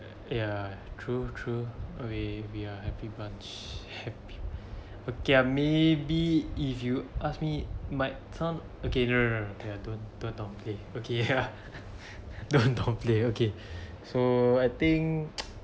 ya true true we we are happy bunch happy okay ah maybe if you ask me might some okay no no no ya don't don't don't talk okay don't talk okay so I think